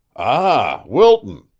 ah, wilton,